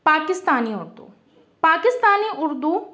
Pakistani Urdu Pakistani Urdu